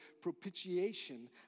propitiation